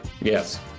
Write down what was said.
Yes